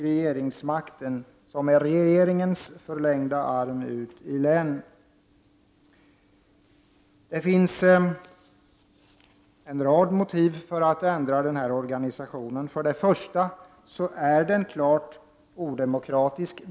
Länsstyrelsen är regeringens förlängda arm ut i länen. Det finns en rad motiv för att ändra denna organisation. För det första är den klart odemokratisk.